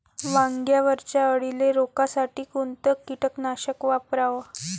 वांग्यावरच्या अळीले रोकासाठी कोनतं कीटकनाशक वापराव?